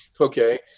okay